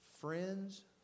Friends